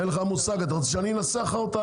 אין לך מושג, אתה רוצה שאני אנסח לך אותה?